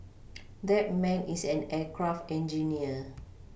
that man is an aircraft engineer